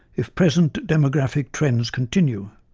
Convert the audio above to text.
if present demographic trends continue.